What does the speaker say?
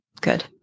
Good